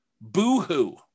Boo-hoo